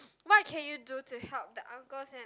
what can you do to help the uncles and